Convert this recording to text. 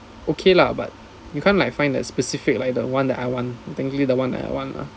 okay lah but you can't like find that specific like the one that I want basically the one I want lah